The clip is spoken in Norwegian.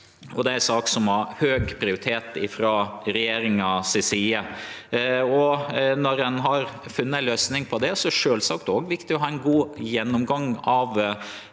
det er ei sak som har høg prioritet frå regjeringa si side. Når ein har funne ei løysing på det, er det sjølvsagt òg viktig å ha ein god gjennomgang av